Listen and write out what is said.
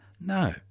No